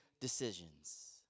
decisions